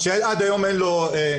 שעד היום אין לו רישיון.